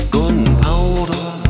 Gunpowder